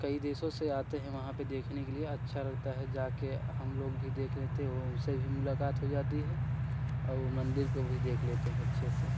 कई देशों से आते हैं वहाँ पर देखने के लिए अच्छा लगता है जाके हम लोग भी देख लेते हो उनसे भी मुलाकात हो जाती है और मंदिर को भी देख लेते हैं अच्छे से